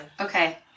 Okay